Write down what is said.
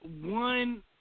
one